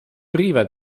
priva